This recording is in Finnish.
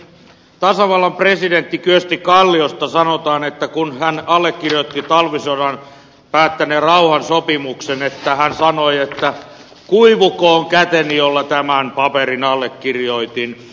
tasavallan presidentti kyösti kalliosta sanotaan että kun hän allekirjoitti talvisodan päättäneen rauhansopimuksen hän sanoi että kuivukoon käteni jolla tämän paperin allekirjoitin